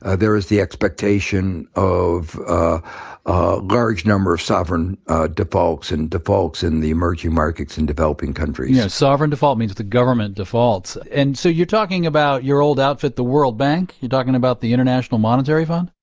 ah there is the expectation of a large number of sovereign defaults and defaults in the emerging markets in developing countries sovereign defaults means the government defaults. and so you're talking about your old outfit, the world bank? you're talking about the international monetary fund?